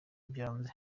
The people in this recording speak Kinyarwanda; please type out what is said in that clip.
byanze